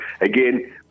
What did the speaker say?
again